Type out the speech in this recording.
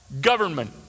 government